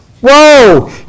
Whoa